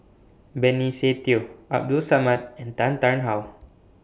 Benny Se Teo Abdul Samad and Tan Tarn How